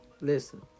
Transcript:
Listen